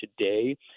today